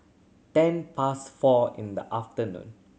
ten past four in the afternoon